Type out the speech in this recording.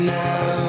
now